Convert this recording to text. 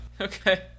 Okay